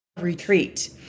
Retreat